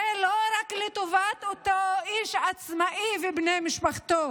זה לא רק לטובת אותו איש עצמאי ובני משפחתו,